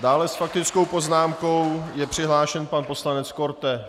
Dále s faktickou poznámkou je přihlášen pan poslanec Korte.